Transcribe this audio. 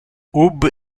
ubi